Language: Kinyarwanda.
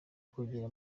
kugera